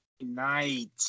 night